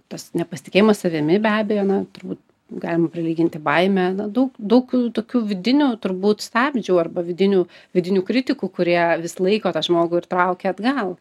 tas nepasitikėjimas savimi be abejo na turbūt galim prilyginti baimę na daug daug tokių vidinių turbūt stabdžių arba vidinių vidinių kritikų kurie vis laiko tą žmogų ir traukia atgal